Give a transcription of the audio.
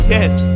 Yes